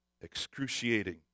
excruciating